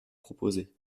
proposez